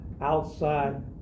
outside